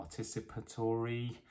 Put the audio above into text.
participatory